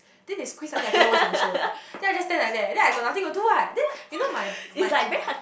then they squeeze until I cannot watch my show eh then I just stand like that then I got nothing to do what then you know my my